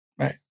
Right